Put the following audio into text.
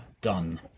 done